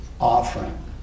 offering